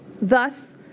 Thus